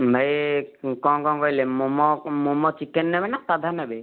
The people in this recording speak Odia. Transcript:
ଭାଇ କଣ କଣ କହିଲେ ମୋମୋ ମୋମୋ ଚିକେନ୍ ନେବେନା ସାଧା ନେବେ